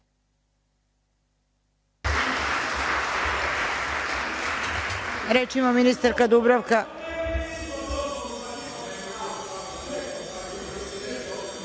Reč ima ministarka Dubravka